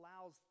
allows